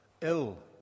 ill